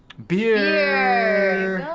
beer! beer!